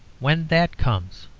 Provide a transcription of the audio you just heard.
when that comes,